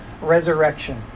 resurrection